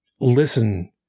listen